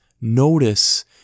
notice